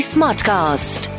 Smartcast